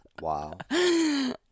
Wow